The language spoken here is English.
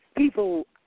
People